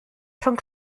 rhwng